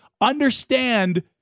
understand